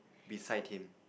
beside him